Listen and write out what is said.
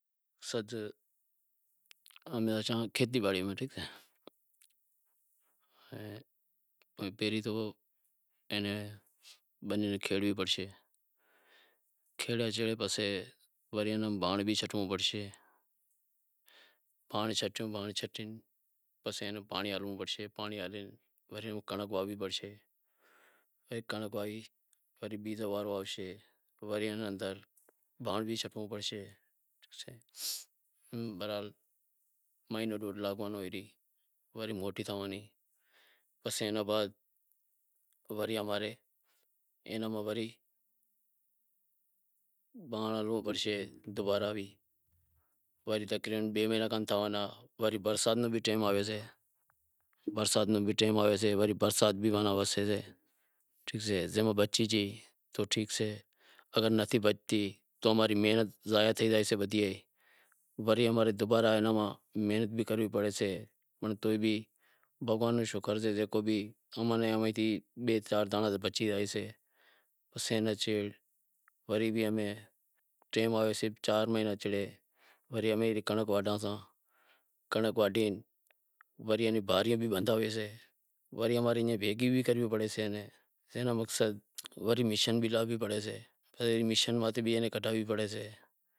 کھیتی باڑی ماں کریوں، پہریں بنی ماہ کھیڑی کرانڑی پڑشے، کھیڑی پسے بھانڑ بھی شنٹنڑو پڑشے، بھانڑ شٹیو بھانڑ شٹے پسے ایئے ناں پانڑی ہالنڑو پڑشے، پانڑی ہالے پسے کنڑنک واونڑی پڑشے، کنڑنک واہوے پسے وری بیزو وارو آوشے وری اینا ہاروں بھانڑ بھی شنٹڑو پڑشے، برحٓل مہینو ڈیڈھ لاگو وری موٹی زاں پسے اینا بعد وری امارے اینا بعد وری بھانڑ ہنڑنڑو پڑشے بھانڑ بھراوی وری بئے مہینا کھن تھیں تو وری برسات رو بھی ٹیم آوسے، برسات رو بھی ٹیم آوسے ماناں برسات بھی ماناں وسے زائے، ٹھیک سے، جے ماں بچی گئی تو ٹھیک سے اگر نتھی بچتی تو اماری محنت ضایع تھئی زایسے بدہی ئے، وری اماں نیں دوبارا محنت بھی کرنڑی پڑشے، تو ئے بھی بھگوان رو شکر سے جیکو بھی امیاں نیں بئے چار دانڑا بچی زائیسیں، وری بھی امیں ٹیم آویسے چار مہینا چھیڑے وری امیں کنڑنک واڈھاں ساں، کنڑنک واڈھے وری امیں باریاں بھی بدہاویسیں، وری امیں ای بھیگیوں بھی کرنڑیوں پڑسیں مقصد وری میشن بھی لاگنڑی پڑسے میشن ماتھے بیھہنڑو پڑسے